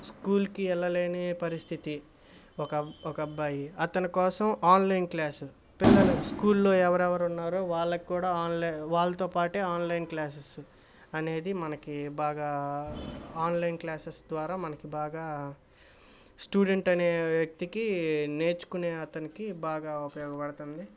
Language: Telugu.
స్కూల్కి వెళ్ళలేని పరిస్థితి ఒక ఒకబ్బాయి అతనికోసం ఆన్లైన్ క్లాస్ పిల్లలు స్కూల్లో ఎవరెవరున్నారో వాళ్ళకి కూడా ఆన్లై వాళ్ళతోపాటే ఆన్లైన్ క్లాసెస్ అనేది మనకి బాగా ఆన్లైన్ క్లాసెస్ ద్వారా మనకి బాగా స్టూడెంట్ అనే వ్యక్తికి నేర్చుకునే అతనికి బాగా ఉపయోగపడుతుంది